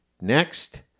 Next